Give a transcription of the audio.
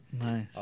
Nice